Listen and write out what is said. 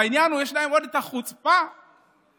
והעניין הוא שעוד יש להם את החוצפה להגיד